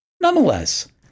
Nonetheless